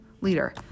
leader